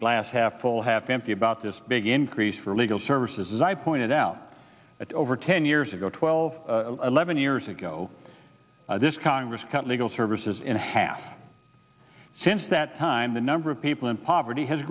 glass half full half empty about this big increase for legal services i pointed out that over ten years ago twelve eleven years ago this congress cut legal services in half since that time the number of people in poverty has